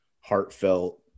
heartfelt